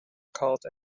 called